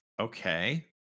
Okay